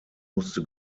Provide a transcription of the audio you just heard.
musste